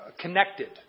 connected